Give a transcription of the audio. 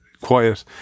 quiet